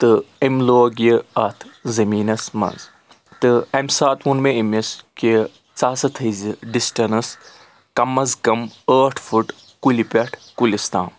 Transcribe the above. تہٕ أمۍ لوگ یہِ اتھ زٔمیٖنَس منٛز تہٕ امہِ ساتہٕ ووٚن مےٚ أمِس کہِ ژٕ ہسا تھٲے زِ ڈِسٹَنٕس کم اَز کم ٲٹھ فُٹ کُلہِ پؠٹھ کُلِس تام